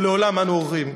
ולאורם אנו הולכים.